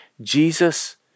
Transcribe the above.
Jesus